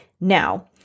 Now